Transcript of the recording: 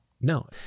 No